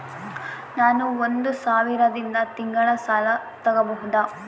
ನಾನು ಒಂದು ಸಾವಿರದಿಂದ ತಿಂಗಳ ಸಾಲ ತಗಬಹುದಾ?